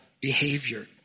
behavior